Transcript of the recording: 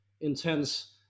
intense